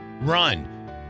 run